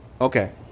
okay